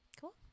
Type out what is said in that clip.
cool